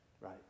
Right